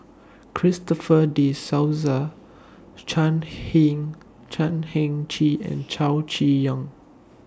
Christopher De Souza Chan Heng Chan Heng Chee and Chow Chee Yong